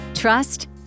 Trust